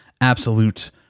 absolute